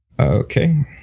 okay